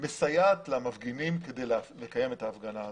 מסייעת למפגינים כדי לקיים את ההפגנה.